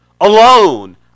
Alone